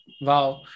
Wow